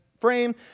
frame